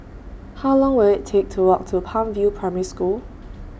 How Long Will IT Take to Walk to Palm View Primary School